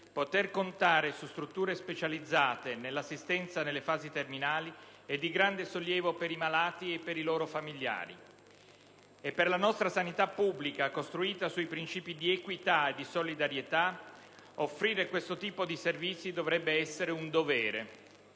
poter contare su strutture specializzate nell'assistenza nelle fasi terminali è di grande sollievo per i malati e per i loro familiari. E per la nostra sanità pubblica, costruita sui princìpi di equità e di solidarietà, offrire questo tipo di servizi dovrebbe essere un dovere!